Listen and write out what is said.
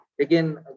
again